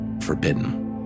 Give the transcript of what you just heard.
forbidden